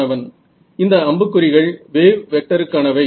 மாணவன் இந்த அம்புக் குறிகள் வேவ் வெக்டருக்கானவை